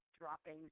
dropping